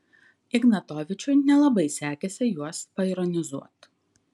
ignatovičiui nelabai sekėsi juos paironizuot